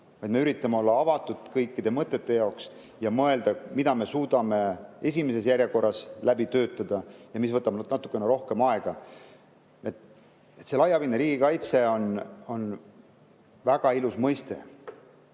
me üritame olla avatud kõikide mõtete jaoks ja mõelda, mida me suudame esimeses järjekorras läbi töötada ja mis võtab natukene rohkem aega. Laiapindne riigikaitse on väga ilus mõiste.